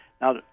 Now